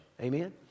Amen